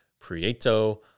Prieto